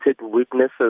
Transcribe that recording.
witnesses